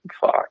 fuck